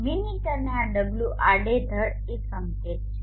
minute અને આ ω આડેધડ એ સંકેત છે